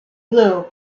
blue